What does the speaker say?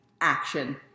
action